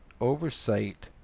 oversight